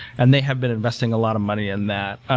and they have been investing a lot of money in that.